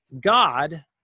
God